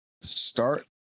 start